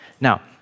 Now